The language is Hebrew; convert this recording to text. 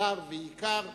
הדר ויקר,